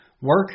Work